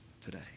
today